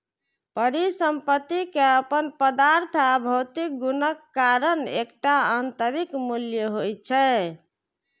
परिसंपत्ति के अपन पदार्थ आ भौतिक गुणक कारण एकटा आंतरिक मूल्य होइ छै